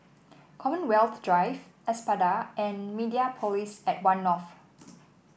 Commonwealth Drive Espada and Mediapolis at One North